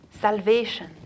salvation